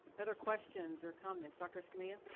other questions or comments? doctor escamilla.